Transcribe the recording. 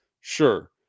Sure